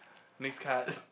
next card